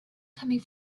coming